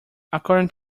according